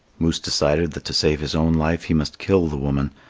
moose decided that to save his own life he must kill the woman,